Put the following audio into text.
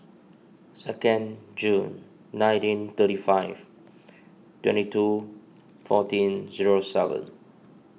second June nineteen thirty five twenty two fourteen zero seven